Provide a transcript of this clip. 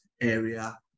area